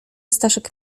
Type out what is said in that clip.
staszek